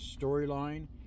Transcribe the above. storyline